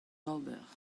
ober